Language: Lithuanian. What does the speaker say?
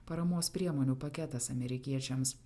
paramos priemonių paketas amerikiečiams